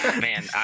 man